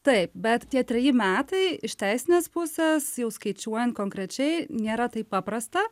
taip bet tie treji metai iš teisinės pusės jau skaičiuojant konkrečiai nėra taip paprasta